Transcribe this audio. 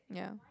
yeah